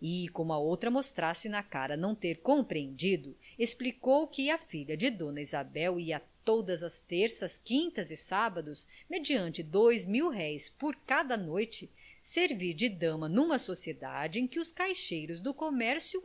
e como a outra mostrasse na cara não ter compreendido explicou que a filha de dona isabel ia todas as terças quintas e sábados mediante dois mil-réis por noite servir de dama numa sociedade em que os caixeiros do comércio